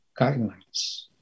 guidelines